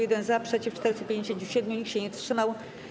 1 - za, przeciw - 457, nikt się nie wstrzymał.